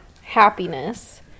happiness